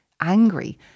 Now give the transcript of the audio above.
angry